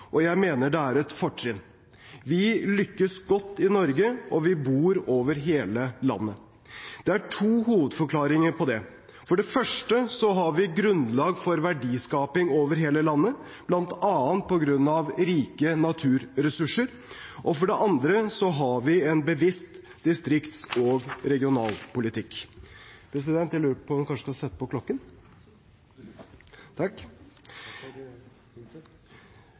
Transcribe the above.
Jeg mener det er et fortrinn. Vi lykkes godt i Norge, og vi bor over hele landet. Det er to hovedforklaringer på det. For det første har vi grunnlag for verdiskaping over hele landet, bl.a. på grunn av rike naturressurser. For det andre har vi en bevisst distrikts- og regionalpolitikk. Naturressursene har gjennom historien dannet grunnlag for verdiskaping, arbeidsplasser og bosetting. Slik er det fortsatt, og det skal